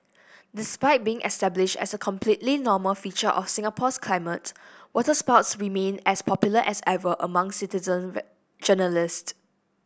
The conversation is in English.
despite being established as a completely normal feature of Singapore's climate waterspouts remain as popular as ever among citizen journalists